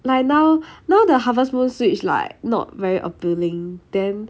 like now now the harvest moon switch like not very appealing then